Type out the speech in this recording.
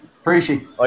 Appreciate